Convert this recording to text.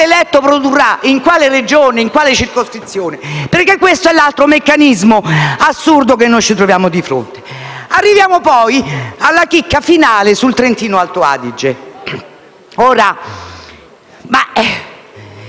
eletto produrrà, in quale Regione o circoscrizione. Questo è l'altro meccanismo assurdo che ci troviamo di fronte. Arriviamo poi alla chicca finale sul Trentino-Alto Adige.